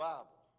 Bible